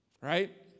Right